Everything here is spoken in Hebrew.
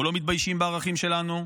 אנחנו לא מתביישים בערכים שלנו.